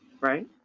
Right